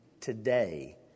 today